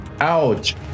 Ouch